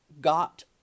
got